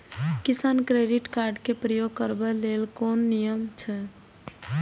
किसान credit card क प्रयोग करबाक लेल कोन नियम अछि?